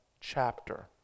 chapter